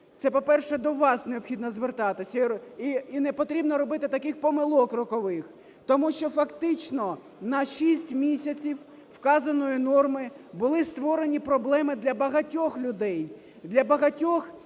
Це, по-перше, до вас необхідно звертатись. І не потрібно робити таких помилок рокових. Тому що фактично на 6 місяців вказаної норми були створені проблеми для багатьох людей,